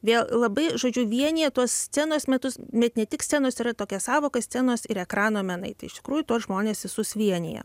vėl labai žodžiu vienija tuos scenos metus net ne tik scenos yra tokia sąvoka scenos ir ekrano menai tai iš tikrųjų tuos žmones visus vienija